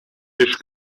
ich